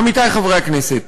עמיתי חברי הכנסת,